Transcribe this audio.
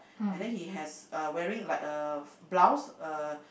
and then he has uh wearing like a blouse uh